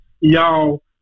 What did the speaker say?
y'all